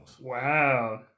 Wow